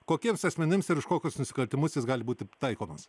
kokiems asmenims ir už kokius nusikaltimus jis gali būti taikomas